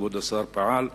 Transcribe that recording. וכבוד השר פעל,